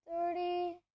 thirty